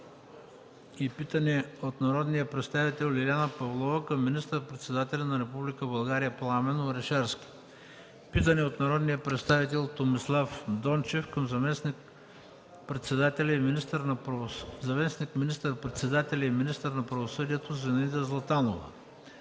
на питане от народния представител Лиляна Павлова към министър-председателя на Република България Пламен Орешарски; - питане от народния представител Томислав Дончев към заместник министър-председателя и министър на правосъдието Зинаида Златанова;